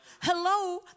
hello